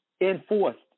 enforced